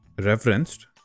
referenced